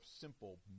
simple